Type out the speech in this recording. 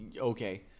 Okay